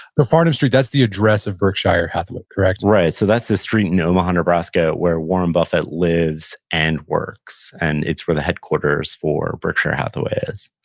farnam street, that's the address of berkshire hathaway, correct? right, so that's the street in omaha, nebraska where warren buffett lives and works, and it's where the headquarters for berkshire hathaway is